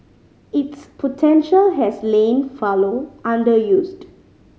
its potential has lain fallow underused